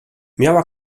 miała